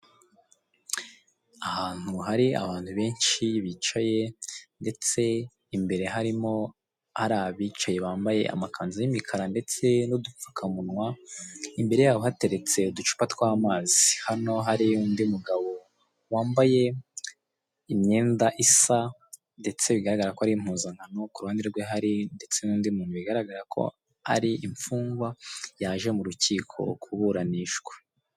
Ahantu hari abantu benshi bicaye ndetse imbere harimo ari abicaye bambaye amakanzu y'imikara ndetse n'udupfukamunwa, imbere yaho hateretse uducupa tw'amazi. Hano hari undi mugabo wambaye imyenda isa ndetse bigaragara ko ari impuzankano, ku ruhande rwe hari ndetse n'undi muntu bigaragara ko ari imfungwa yaje mu rukiko kuburanishwa.